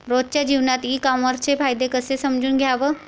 रोजच्या जीवनात ई कामर्सचे फायदे कसे समजून घ्याव?